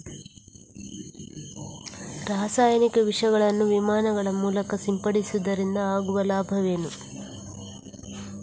ರಾಸಾಯನಿಕ ವಿಷಗಳನ್ನು ವಿಮಾನಗಳ ಮೂಲಕ ಸಿಂಪಡಿಸುವುದರಿಂದ ಆಗುವ ಲಾಭವೇನು?